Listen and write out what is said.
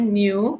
new